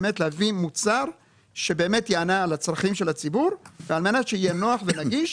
באמת להביא מוצר שיענה על הצרכים של הציבור ועל מנת שיהיה נוח ונגיש